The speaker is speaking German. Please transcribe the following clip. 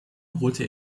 holte